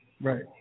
Right